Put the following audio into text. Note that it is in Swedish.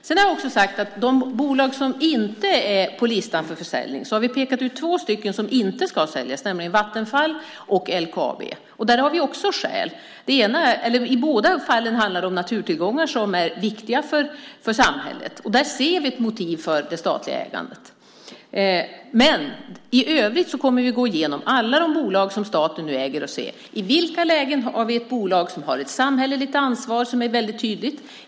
Jag har också sagt att vi har pekat ut två företag som inte ska säljas, nämligen Vattenfall och LKAB. Skälen till det är att det är fråga om naturtillgångar som är viktiga för samhället. Där ser vi ett motiv för det statliga ägandet. Men i övrigt kommer vi att gå igenom alla bolag som staten äger för att se följande: I vilka lägen har vi ett bolag som har ett samhälleligt ansvar som är väldigt tydligt?